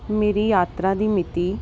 ਮੇਰੀ ਯਾਤਰਾ ਦੀ ਮਿਤੀ